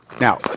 Now